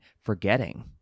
forgetting